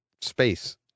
space